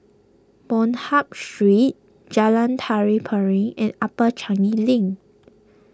Bonham Street Jalan Tari Piring and Upper Changi Link